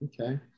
okay